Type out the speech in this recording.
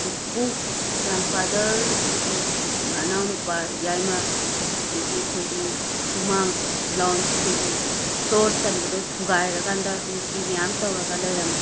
ꯄꯨꯄꯨ ꯒ꯭ꯔꯥꯟꯐꯥꯗꯔꯁꯤꯒꯤ ꯃꯅꯥꯎ ꯅꯨꯄ ꯌꯥꯏꯃꯥ ꯑꯩꯈꯣꯏꯒꯤ ꯁꯨꯃꯥꯡ ꯂꯣꯟ꯭ꯆ ꯑꯩꯈꯣꯏꯒꯤ ꯐ꯭ꯂꯣꯔ ꯆꯟꯕꯗꯣ ꯊꯨꯒꯥꯏꯔꯀꯥꯟꯗ ꯃꯤꯁꯇ꯭ꯔꯤ ꯃꯌꯥꯝ ꯇꯧꯔꯒ ꯂꯩꯔꯝꯃꯦ